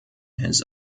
his